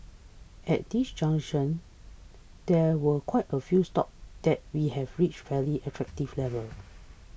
at this juncture there were quite a few stocks that we have reached fairly attractive levels